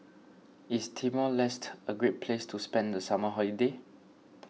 is Timor Leste a great place to spend the summer holiday